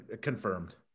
confirmed